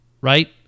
right